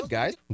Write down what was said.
guys